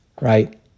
Right